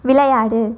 விளையாடு